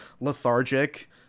lethargic